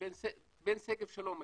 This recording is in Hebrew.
בין שגב שלום,